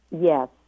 Yes